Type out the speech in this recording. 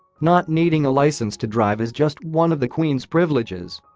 not needing a licence to drive is just one of the queen's privileges.